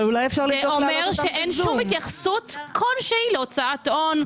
זה אומר שאין שום התייחסות להוצאת הון,